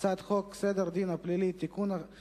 הצעת חוק מתן הטבות והנחות